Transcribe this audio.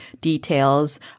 details